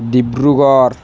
Dibrugarh